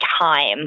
time